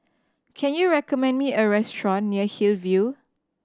can you recommend me a restaurant near Hillview